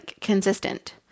consistent